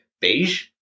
beige